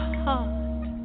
heart